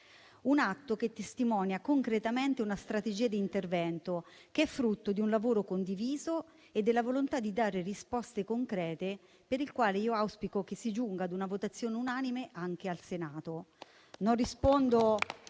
Un atto che testimonia concretamente una strategia di intervento che è frutto di un lavoro condiviso e della volontà di dare risposte concrete per il quale auspico che si giunga a una votazione unanime anche al Senato.